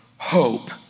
hope